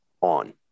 on